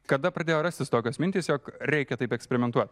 kada pradėjo rastis tokios mintys jog reikia taip eksperimentuot